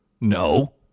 No